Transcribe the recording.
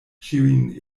ĉiujn